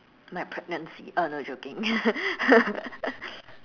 my pregnancy uh no joking